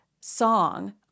song